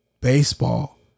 baseball